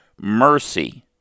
mercy